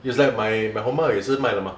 is like my my Honma 也是卖了 mah